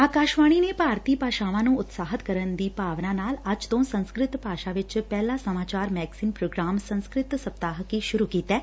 ਆਕਾਸ਼ਵਾਣੀ ਨੇ ਭਾਰਤੀ ਭਾਸ਼ਾਵਾਂ ਨੰ ਉਤਸ਼ਾਹਿਤ ਕਰਨ ਦੀ ਭਾਵਨਾ ਨਾਲ ਅੱਜ ਤੋਂ ਸੰਸਕ੍ਤਿਤ ਭਾਸ਼ਾ ਚ ਪਹਿਲਾ ਸਮਾਚਾਰ ਮੈਗਜ਼ਿਨ ਪ੍ਰੋਗਰਾਮ ਸੰਸਕ੍ਤਿ ਸਪਤਾਹਿਕੀ ਸੁਰੂ ਕੀਤੈ